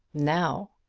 now!